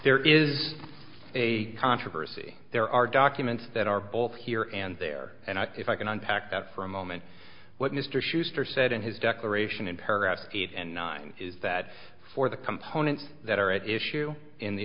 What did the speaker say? there is a controversy there are documents that are both here and there and i if i can unpack that for a moment what mr schuester said in his declaration in paragraph eight and nine is that for the components that are at issue in the